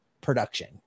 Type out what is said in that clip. production